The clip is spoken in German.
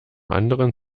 anderen